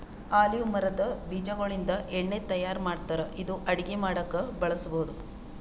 olive ಮರದ್ ಬೀಜಾಗೋಳಿಂದ ಎಣ್ಣಿ ತಯಾರ್ ಮಾಡ್ತಾರ್ ಇದು ಅಡಗಿ ಮಾಡಕ್ಕ್ ಬಳಸ್ಬಹುದ್